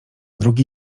drugi